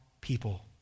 people